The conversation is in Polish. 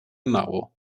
mało